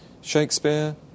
Shakespeare